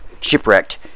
shipwrecked